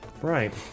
Right